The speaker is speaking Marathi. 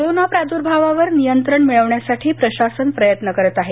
कोरोना प्रादर्भावावर नियंत्रण मिळवण्यासाठी प्रशासन प्रयत्न करत आहे